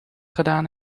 gedaan